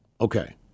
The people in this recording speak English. Okay